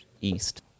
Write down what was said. east